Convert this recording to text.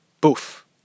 Boof